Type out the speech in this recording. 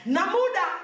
Namuda